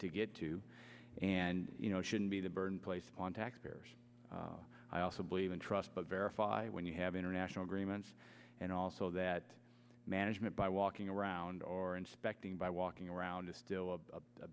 to get to and you know shouldn't be the burden placed on taxpayers i also believe in trust but verify when you have international agreements and also that management by walking around or inspecting by walking around is still